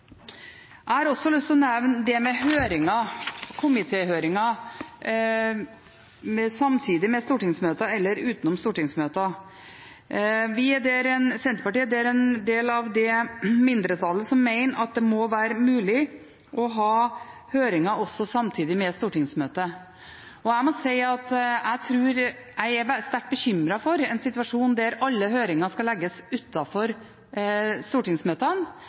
Jeg har også lyst til å nevne høringer – komitéhøringer samtidig med stortingsmøter eller utenom stortingsmøter. Senterpartiet er en del av det mindretallet som mener at det også må være mulig å ha høringer samtidig med stortingsmøtet. Jeg må si at jeg er sterkt bekymret for en situasjon der alle høringer skal legges utenom stortingsmøtene.